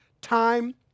Time